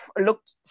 looked